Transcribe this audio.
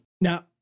Now